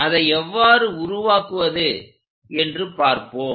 அதை எவ்வாறு உருவாக்குவது என்று பார்ப்போம்